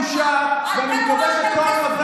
הדרישה שלך לחלוב את התקציב הציבורי זו בושה וחרפה.